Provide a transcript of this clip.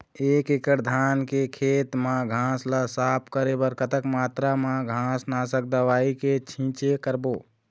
एक एकड़ धान के खेत मा घास ला साफ करे बर कतक मात्रा मा घास नासक दवई के छींचे करबो?